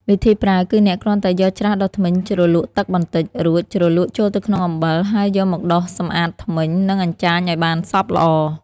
វិធីប្រើគឺអ្នកគ្រាន់តែយកច្រាសដុសធ្មេញជ្រលក់ទឹកបន្តិច រួចជ្រលក់ចូលទៅក្នុងអំបិល ហើយយកមកដុសសម្អាតធ្មេញ និងអញ្ចាញឲ្យបានសព្វល្អ។